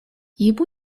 ему